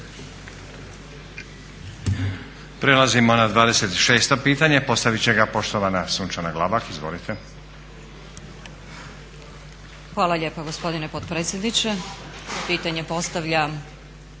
Prelazimo na 26. pitanje. Postavit će ga poštovana Sunčana Glavak. Izvolite. **Glavak, Sunčana (HDZ)** Hvala lijepa gospodine potpredsjedniče. Pitanje postavljam